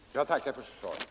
Jag tackar för svaret!